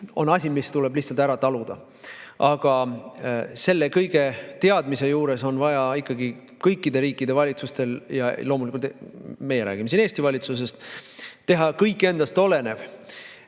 on asi, mis tuleb lihtsalt ära taluda. Aga selle kõige teadmise juures on vaja ikkagi kõikide riikide valitsustel – ja loomulikult me räägime siin ka Eesti valitsusest – teha kõik endast olenev,